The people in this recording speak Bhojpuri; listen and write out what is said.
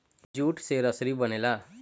जूट से रसरी बनेला